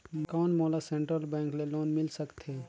कौन मोला central bank ले लोन मिल सकथे?